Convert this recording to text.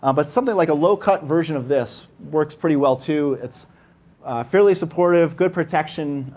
um but something like a low cut version of this works pretty well too. it's fairly supportive, good protection.